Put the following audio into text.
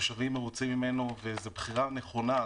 התושבים מרוצים ממנו וזו בחירה נכונה.